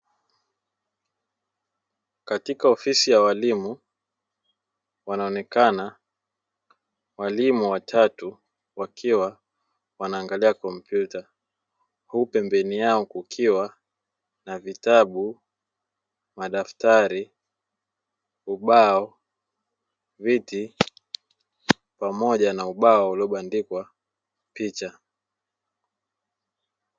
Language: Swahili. Katika ofisi ya walimu wanaonekana walimu watatu wakiwa wanagalia kompyuta, huku pembeni yao kukiwa na vitabu, madaftari, ubao, viti pamoja na ubao uliobandikwa picha.